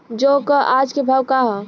जौ क आज के भाव का ह?